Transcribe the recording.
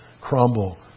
crumble